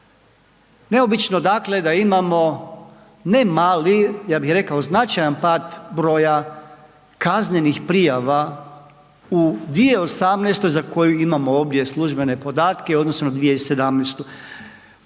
Neobično dakle da imamo ne mali, ja bih rekao značajan pad broja kaznenih prijava u 2018. za koju imamo ovdje službene podatke u odnosu na 2017.